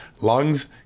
lungs